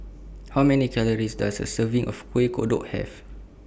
How Many Calories Does A Serving of Kuih Kodok Have